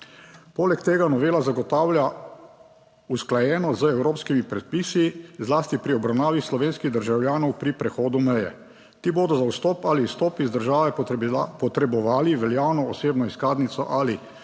Poleg tega novela zagotavlja usklajeno z evropskimi predpisi zlasti pri obravnavi slovenskih državljanov pri prehodu meje; ti bodo za vstop ali izstop iz države potrebovali veljavno osebno izkaznico ali potni